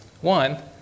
One